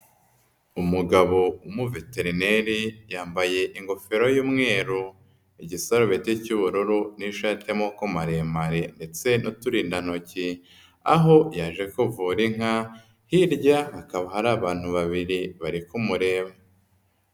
Umugabo w'umuveterineri yambaye ingofero y'umweru igisarubete cy'ubururu n'ishati y'amaboko maremare ndetse n'uturindantoki, aho yaje kuvura inka, hirya hakaba hari abantu babiri bari kumureba.